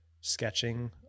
sketching